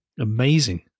amazing